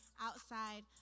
outside